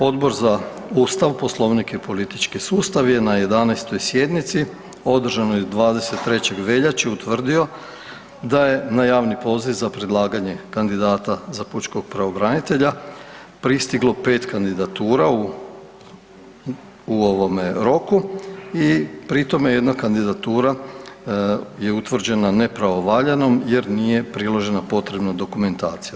Odbor za Ustav, Poslovnik i politički sustav je na 11. sjednici održanoj 23. veljače utvrdio da je na javni poziv za predlaganje kandidata za pučkog pravobranitelja pristiglo 5 kandidatura u ovome roku i pri tome je jedna kandidatura utvrđena nepravovaljanom jer nije priložena potrebna dokumentacija.